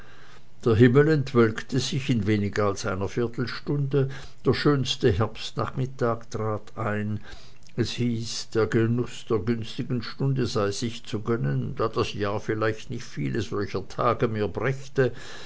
der himmel entwölkte sich in weniger als einer viertelstunde der schönste herbstnachmittag trat ein es hieß der genuß der günstigen stunde sei sich zu gönnen da das jahr vielleicht nicht viele solcher tage mehr brächte